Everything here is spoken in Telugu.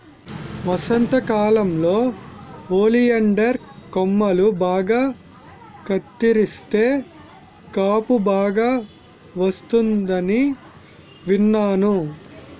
వసంతకాలంలో ఒలియండర్ కొమ్మలు బాగా కత్తిరిస్తే కాపు బాగా వస్తుందని విన్నాను